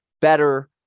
better